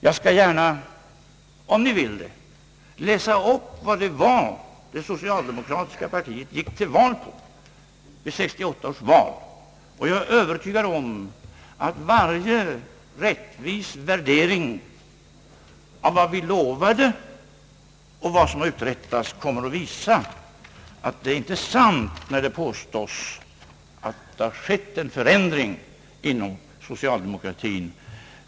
Jag skall gärna, om ni vill, läsa upp vad det var socialdemokratiska partiet gick till val på 1968. Jag är övertygad om att varje rättvis värdering av vad vi lovade och vad som har uträttats kommer att visa, att det inte är sant när det påstås att det har skett en förändring inom socialdemokratin.